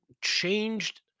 changed